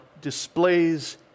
displays